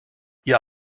ihr